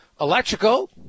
Electrical